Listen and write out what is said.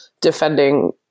defending